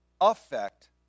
affect